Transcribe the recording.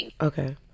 okay